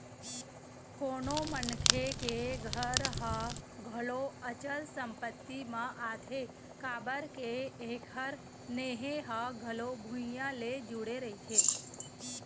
कोनो मनखे के घर ह घलो अचल संपत्ति म आथे काबर के एखर नेहे ह घलो भुइँया ले जुड़े रहिथे